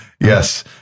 Yes